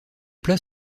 plats